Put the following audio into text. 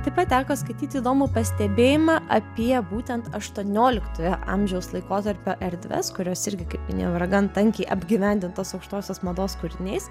taip pat teko skaityti įdomų pastebėjimą apie būtent aštuonioliktojo amžiaus laikotarpio erdves kurios irgi kaip minėjau yra gan tankiai apgyvendintos aukštosios mados kūriniais